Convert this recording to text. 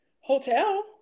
hotel